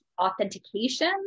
authentication